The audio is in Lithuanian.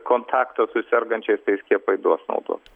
kontakto su sergančiais tai skiepai duos naudos